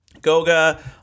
Goga